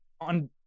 on